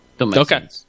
Okay